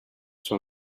soi